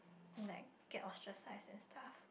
like get ostracised and stuff